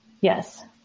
Yes